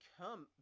come